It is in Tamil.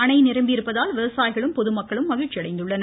அணை நிரம்பி மாவட்ட இருப்பதால் விவசாயிகளும் பொதுமக்களும் மகிழ்ச்சி அடைந்துள்ளனர்